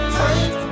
fight